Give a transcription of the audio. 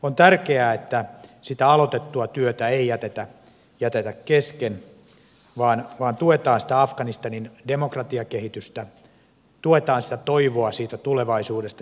on tärkeää että sitä aloitettua työtä ei jätetä kesken vaan tuetaan sitä afganistanin demokratiakehitystä tuetaan toivoa tulevaisuudesta